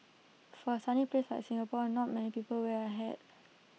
for A sunny place like Singapore not many people wear A hat